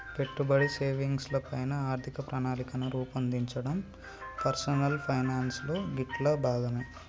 పెట్టుబడి, సేవింగ్స్ ల పైన ఆర్థిక ప్రణాళికను రూపొందించడం పర్సనల్ ఫైనాన్స్ లో గిట్లా భాగమే